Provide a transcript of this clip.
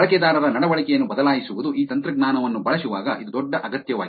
ಬಳಕೆದಾರರ ನಡವಳಿಕೆಯನ್ನು ಬದಲಾಯಿಸುವುದು ಈ ತಂತ್ರಜ್ಞಾನವನ್ನು ಬಳಸುವಾಗ ಇದು ದೊಡ್ಡ ಅಗತ್ಯವಾಗಿದೆ